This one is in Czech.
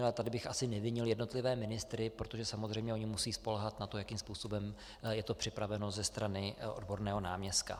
Ale tady bych asi nevinil jednotlivé ministry, protože oni samozřejmě musí spoléhat na to, jakým způsobem je to připraveno ze strany odborného náměstka.